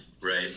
Right